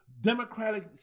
democratic